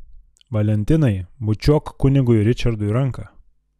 valentinai bučiuok kunigui ričardui ranką